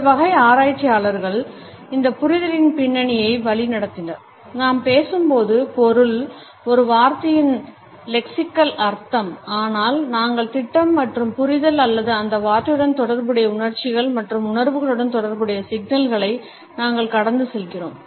இந்த வகை ஆராய்ச்சியாளர்கள் இந்த புரிதலின் பின்னணியை வழிநடத்தினர் நாம் பேசும்போது பொருள் ஒரு வார்த்தையின் லெக்சிக்கல் அர்த்தம் ஆனால் நாங்கள் திட்டம் மற்றும் புரிதல் அல்லது அந்த வார்த்தையுடன் தொடர்புடைய உணர்ச்சிகள் மற்றும் உணர்வுகளுடன் தொடர்புடைய சிக்னல்களை நாங்கள் கடந்து செல்கிறோம்